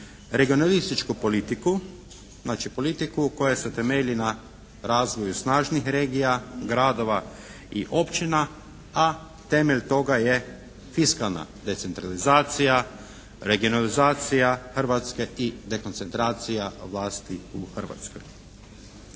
regionalističku politiku, znači politiku koja se temelji na razvoju snažnih regija, gradova i općina a temelj toga je fiskalna decentralizacija, regionalizacija Hrvatske i dekoncentracija vlasti u Hrvatskoj.